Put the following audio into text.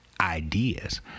ideas